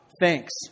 thanks